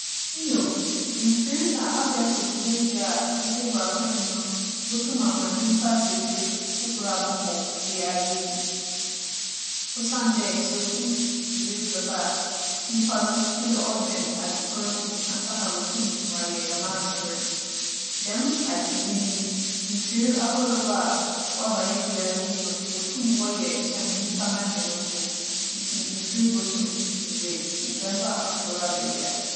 Nyew, mfir na abaefor dwumadzi a wͻdze egu akwan mu no botum ama nyimpa dze biribi fofor abͻbͻ wiadze yi mu. Osiandɛ dɛ sɛ obi dze biribi bɛba a, nyimpa no, gyedɛ ͻdwen adzekor no ho ansaana oeetum ͻaayɛ dɛm adzekor no. Dɛm adwendwen yi, mfir ahorow a wͻaba hɛn wiadze yi mu no, wotum wͻyɛ kyɛn nyimpa n'adwen mpo. Ntsi mfir botum dze ndzɛmba afofor aba wiadze.